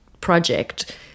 project